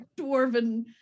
dwarven